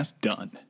done